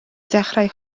dechrau